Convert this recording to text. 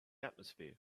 atmosphere